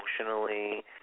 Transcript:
emotionally